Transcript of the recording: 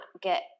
get